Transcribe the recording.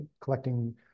collecting